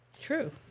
True